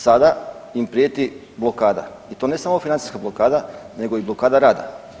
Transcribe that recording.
Sada im prijeti blokada i to ne samo financijska blokada nego i blokada rada.